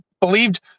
believed